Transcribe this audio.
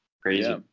crazy